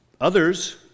Others